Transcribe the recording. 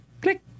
click